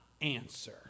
answer